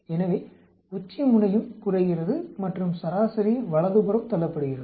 எனவே உச்சிமுனையும் குறைகிறது மற்றும் சராசரி வலதுபுறம் தள்ளப்படுகிறது